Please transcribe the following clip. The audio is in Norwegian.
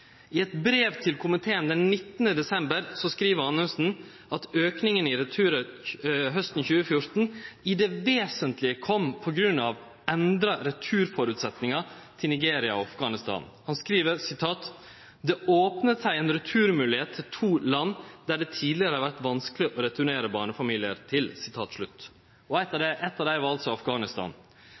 I eit brev til komiteen den 19. desember skriv Anundsen at auken i returar hausten 2014 i det vesentlege kom på grunn av endra returføresetnader til Nigeria og Afghanistan. Han skriv: det åpnet seg en returmulighet til to land det tidligere har vært vanskelig å returnere barnefamilier til.» Eitt av dei var altså